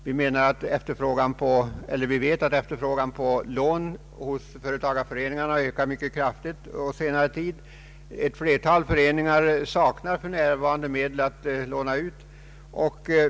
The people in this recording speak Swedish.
Vi vet att efterfrågan på lån hos företagareföreningarna ökat mycket kraftigt på senare tid. Ett flertal föreningar saknar för närvarande medel att låna ut.